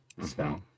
spell